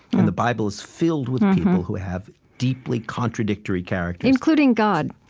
and the bible is filled with people who have deeply contradictory characters including god,